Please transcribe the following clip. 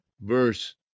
verse